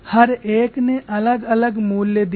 हर एक ने अलग अलग मूल्य दिए